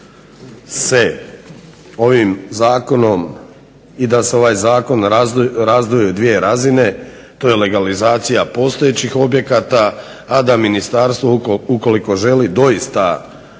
se ovim zakonom i da se ovaj zakon razdvoji u dvije razine. To je legalizacija postojećih objekata, a da ministarstvo ukoliko želi doista napraviti